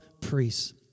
priests